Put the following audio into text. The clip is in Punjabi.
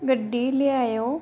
ਗੱਡੀ ਲਿਆਇਓ